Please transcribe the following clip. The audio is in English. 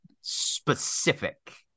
specific